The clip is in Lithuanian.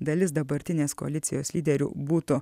dalis dabartinės koalicijos lyderių būtų